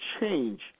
change